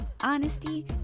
honesty